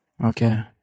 Okay